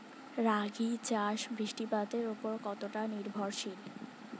রাগী চাষ বৃষ্টিপাতের ওপর কতটা নির্ভরশীল?